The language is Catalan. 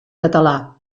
català